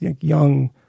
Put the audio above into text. young